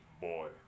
boy